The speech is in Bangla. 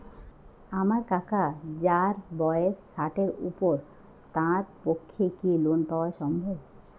আমার কাকা যাঁর বয়স ষাটের উপর তাঁর পক্ষে কি লোন পাওয়া সম্ভব?